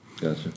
Gotcha